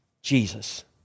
Jesus